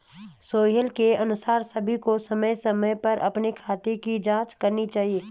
सोहेल के अनुसार सभी को समय समय पर अपने खाते की जांच करनी चाहिए